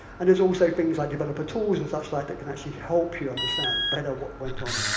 and there's also things like developer tools and suchlike that can actually help you understand better what went on.